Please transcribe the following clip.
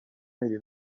میری